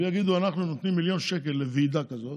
ויגידו: אנחנו נותנים מיליון שקל לוועידה כזאת,